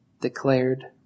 Declared